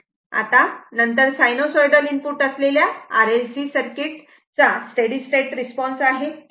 आता नंतर sinusoidal input असलेल्या RLC सर्किट चा स्टेडी स्टेट रिस्पॉन्स आहे